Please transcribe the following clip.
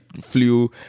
flew